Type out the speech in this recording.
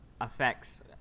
affects